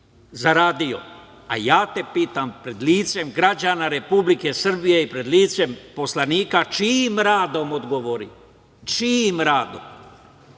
zaradio, a ja te pitam pred licem građana Republike Srbije i pred licem poslanika – čijim radom, čijim radom? Vi,